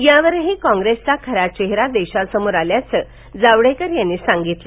यावरही काँप्रेसचा खरा चेहरा देशासमोर आल्याचं जावडेकर यावेळी म्हणाले